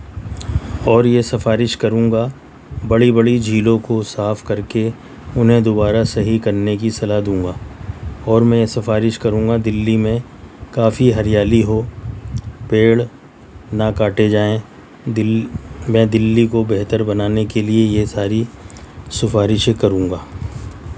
اور یہ سفارش کروں گا بڑی بڑی جیھلوں کو صاف کر کے انہیں دوبارہ صحیح کرنے کی صلاح دوں گا اور میں یہ سفارش کروں گا دلی میں کافی ہریالی ہو پیڑ نہ کاٹے جائیں دل میں دلی کو بہتر بنانے کے لیے یہ ساری سفارشیں کروں گا